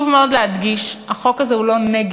וחשוב מאוד להדגיש: החוק הזה הוא לא נגד.